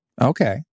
Okay